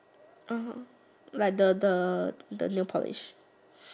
orh like the the the nail polish